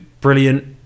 brilliant